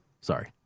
Sorry